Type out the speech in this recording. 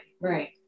right